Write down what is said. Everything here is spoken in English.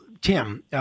tim